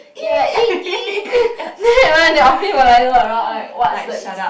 ya then everyone in the office will like look around like what's the sound